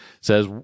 says